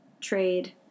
Trade